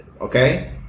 Okay